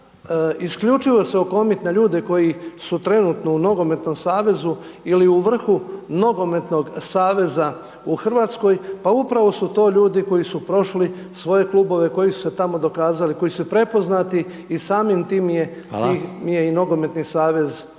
isključivo se okomit na ljude koji su trenutno u nogometnom savezu ili u vrhu nogometnog saveza u Hrvatskoj, pa upravo su to ljudi koji su prošli svoje klubove koji su se tamo dokazali, koji su prepoznati i samim tim je…/Upadica: Hvala/…im